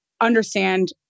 understand